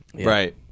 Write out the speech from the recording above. Right